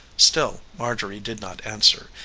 still marjorie did not answer,